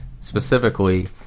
specifically